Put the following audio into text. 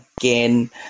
again